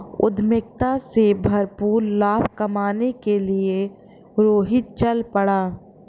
उद्यमिता से भरपूर लाभ कमाने के लिए रोहित चल पड़ा